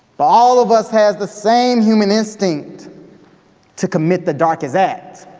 but all of us has the same human instinct to commit the darkest act.